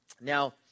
now